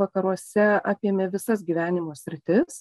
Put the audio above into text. vakaruose apėmė visas gyvenimo sritis